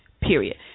period